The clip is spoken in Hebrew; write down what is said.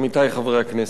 עמיתי חברי הכנסת,